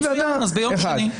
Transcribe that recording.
מצוין, אז ביום שני.